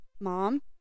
mom